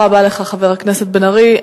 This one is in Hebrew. תודה רבה לך, חבר הכנסת בן-ארי.